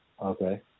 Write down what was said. Okay